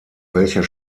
welcher